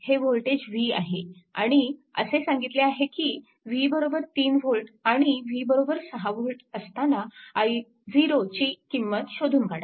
हे voltage v आहे आणि असे सांगितले आहे की v 3V आणि v 6V असताना i0 ची किंमत शोधून काढा